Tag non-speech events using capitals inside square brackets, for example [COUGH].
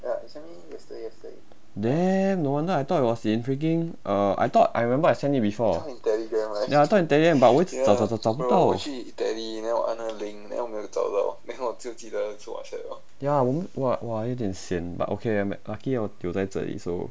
damn no wonder I thought it was in the freaking uh I thought I remember I send it before ya it's not in Telegram but 我找不到 ya 我 !wah! !wah! 有一点 sian but okay [NOISE] lucky 有在这里 so